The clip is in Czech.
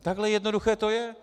Takhle jednoduché to je.